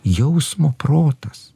jausmo protas